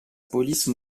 police